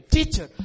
Teacher